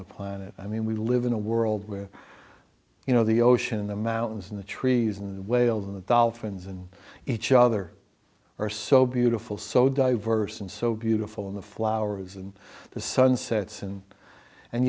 the planet i mean we live in a world where you know the ocean and the mountains and the trees and whales and the dolphins and each other are so beautiful so diverse and so beautiful and the flowers and the sunsets and and